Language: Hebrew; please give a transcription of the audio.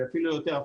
אפילו יותר,